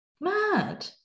mad